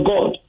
God